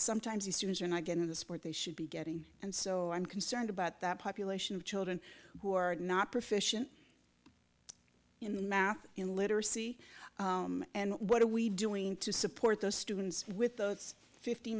sometimes the students are not getting the support they should be getting and so i'm concerned about that population of children who are not proficiency in math in literacy and what are we doing to support those students with those fift